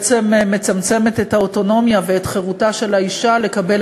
בעצם מצמצמת את האוטונומיה ואת חירותה של האישה לקבל